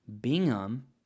Bingham